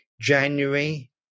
January